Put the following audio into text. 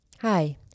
Hi